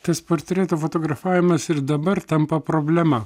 tas portreto fotografavimas ir dabar tampa problema